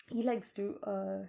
he likes to uh